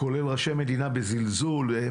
כולל ראשי מדינה, התייחסו אליו בזלזול.